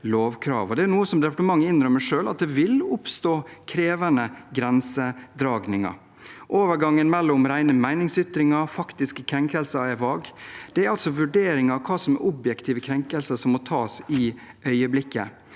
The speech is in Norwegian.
Det er noe departementet innrømmer selv – at det vil oppstå krevende grensedragninger. Overgangen mellom rene meningsytringer og faktiske krenkelser er vag. Det er altså vurderinger av hva som er objektive krenkelser, som må tas i øyeblikket.